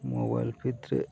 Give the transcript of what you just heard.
mobile ᱨᱮ